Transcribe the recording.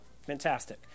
Fantastic